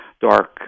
dark